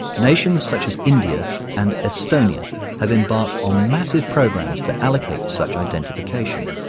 nations such as india and estonia have embarked on massive programs to allocate such identification.